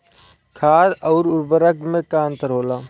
खाद्य आउर उर्वरक में का अंतर होला?